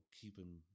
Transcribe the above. keeping